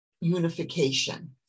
unification